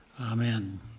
Amen